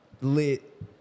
lit